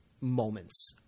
moments